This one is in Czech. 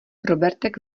robertek